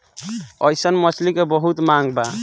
अइसन मछली के बहुते मांग बा